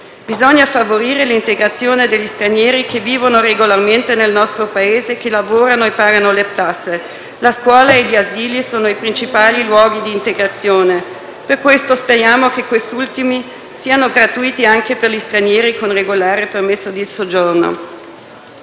Bisogna favorire l'integrazione degli stranieri che vivono regolarmente nel nostro Paese, che lavorano e pagano le tasse. La scuola e gli asili sono i principali luoghi di integrazione. Per questo speriamo che quest'ultimi siano gratuiti anche per gli stranieri con regolare permesso di soggiorno.